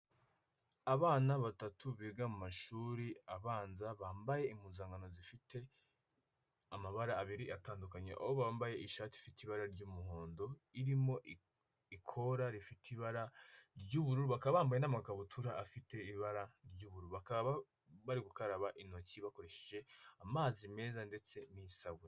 Abana batatu biga mu mashuri abanza, bambaye impuzankano zifite amabara abiri atandukanye, aho bambaye ishati ifite ibara ry'umuhondo irimo ikora rifite ibara ry'ubururu, bakaba bambaye n'amakabutura afite ibara ry'uburu, bakaba bari gukaraba intoki bakoresheje amazi meza ndetse n'isabune.